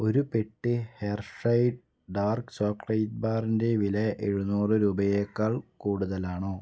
ഒരു പെട്ടി Hershey's dark chocolate ബാറിന്റെ വില എഴുന്നൂറ് രൂപയേക്കാൾ കൂടുതലാണോ